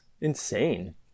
insane